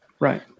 Right